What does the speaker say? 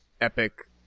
epic